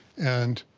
and